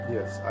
Yes